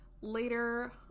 later